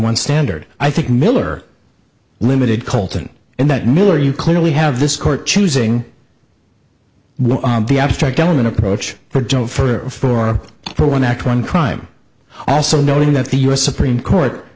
one standard i think miller limited coltan in that miller you clearly have this court choosing the abstract element approach for joe for or for one act one crime also noting that the u s supreme court